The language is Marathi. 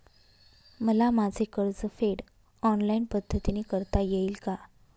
मला माझे कर्जफेड ऑनलाइन पद्धतीने करता येईल का?